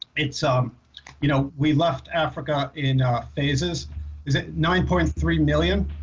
it's um you know we left africa in phases is it nine point three million